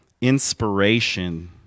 inspiration